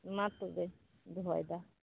ᱢᱟ ᱛᱚᱵᱮ ᱫᱚᱦᱚᱭᱫᱟ